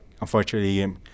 Unfortunately